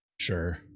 Sure